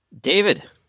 David